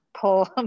pull